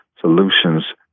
solutions